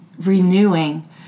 renewing